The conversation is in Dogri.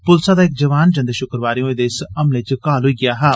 पुलसा दा इक जवान जंदे शुक्रवारें होए दे इस हमले च जख्मी होई गेआ हा